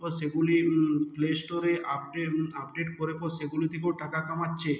পর সেগুলি প্লে স্টোরে আপডে আপডেট করে পর সেগুলি থেকেও টাকা কামাচ্ছে